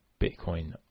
Bitcoin